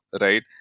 Right